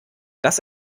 das